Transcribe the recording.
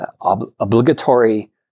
obligatory